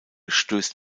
stößt